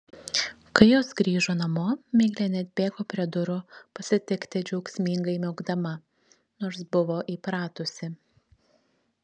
kai jos grįžo namo miglė neatbėgo prie durų pasitikti džiaugsmingai miaukdama nors buvo įpratusi